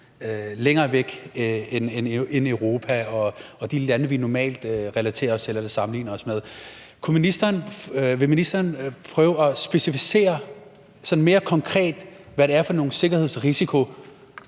længere væk uden for Europa, og andre lande end dem, vi normalt sammenligner os med. Vil ministeren prøve at specificere sådan mere konkret, hvad det er for nogle sikkerhedsrisici,